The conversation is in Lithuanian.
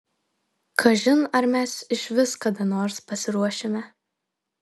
kažin ar mes išvis kada nors pasiruošime